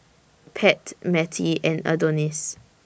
Pat Mattie and Adonis